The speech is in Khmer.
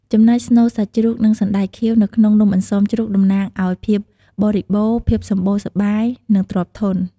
ចំណែកស្នូលសាច់ជ្រូក និងសណ្ដែកខៀវនៅក្នុងនំអន្សមជ្រូកតំណាងឲ្យ ភាពបរិបូណ៌ ភាពសម្បូរសប្បាយ និងទ្រព្យធន។